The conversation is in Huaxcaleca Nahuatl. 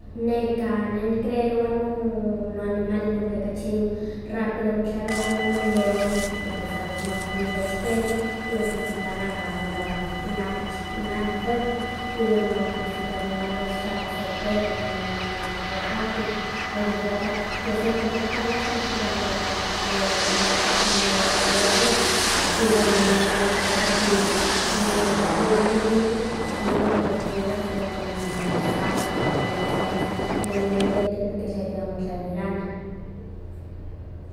Neka ne nicreerowa no no animales kachi rápido motlarowa nonon leones, porque pues a veces nikwalita itech tele iwa ps kita naka kachi naka naka fuerte, iwa noihkon siki animales xamo se perro no no naka motlalowa rápido, porque naka se perro tikahwas sa sipa neka mo mo mudarowa. Iwa noanimales nonke kachi yolik nenemi inon no tortugas o neka non gusanos, porque non gusanos nenemi lelto porque tlenkpia motlalwilanah.